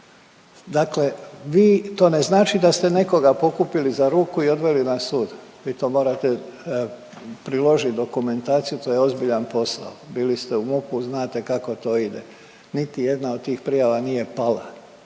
Dakle vi, to ne znači da ste nekoga pokupili za ruku i odveli na sud, vi to morate priložiti dokumentaciju, to je ozbiljan posao. Bili ste u MUP-u, znate kako to ide. Niti jedna od tih prijava nije pala.